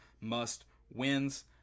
must-wins